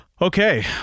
Okay